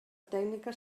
tècnica